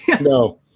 No